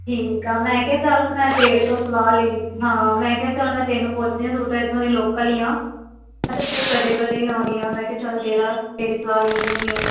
ਠੀਕ ਆ ਮੈਂ ਕਿਹਾ ਚੱਲ ਮੈਂ ਤੇਰੇ ਤੋਂ ਸਲਾਹ ਲੈਂਦੀ ਹਾਂ ਮੈਂ ਕਿਹਾ ਚੱਲ ਮੈਂ ਤੈਨੂੰ ਪੁੱਛਦੀ ਹਾਂ ਤੂੰ ਤਾਂ ਇੱਥੋਂ ਦੀ ਲੋਕਲ ਹੀ ਹਾਂ ਮੈਂ ਤਾਂ ਫਿਰ ਕਦੇ ਕਦੇ ਆਉਂਦੀ ਹਾਂ ਮੈਂ ਕਿਹਾ ਚੱਲ ਤੇਰਾ ਤੇਰੀ ਸਲਾਹ ਲੈ ਲੈਂਦੀ ਹਾਂ